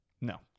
No